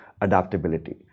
adaptability